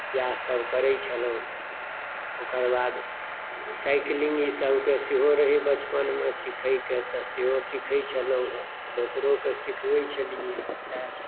इएहसभ करैत छलहुँ हेँ ओकर बाद साइकिलिंग ईसभके सेहो रहै बचपनमे सिखयके तऽ सेहो सिखैत छलहुँ हेँ दोसरोकेँ सिखबैत छलियै सएह छै